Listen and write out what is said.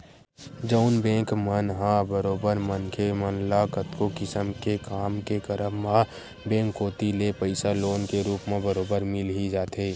जउन बेंक मन ह बरोबर मनखे मन ल कतको किसम के काम के करब म बेंक कोती ले पइसा लोन के रुप म बरोबर मिल ही जाथे